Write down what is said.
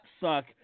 suck